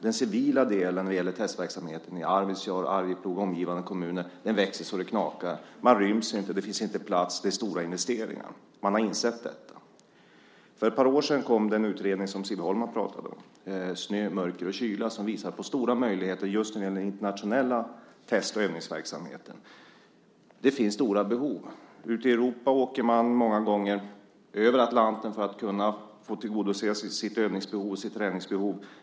Den civila delen vad gäller testverksamheten i Arvidsjaur, Arjeplog och omgivande kommuner växer så det knakar. Man ryms inte. Det finns inte plats, och det är stora investeringar. Man har insett detta. För ett par år sedan kom den utredning som Siv Holma talade om - Snö, mörker och kyla - som visade på stora möjligheter just när det gäller den internationella test och övningsverksamheten. Det finns stora behov. Ute i Europa åker man många gånger över Atlanten för att kunna få tillgodose sitt övningsbehov och sitt träningsbehov.